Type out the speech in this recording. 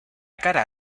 cara